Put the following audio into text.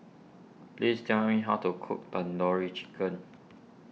please tell me how to cook Tandoori Chicken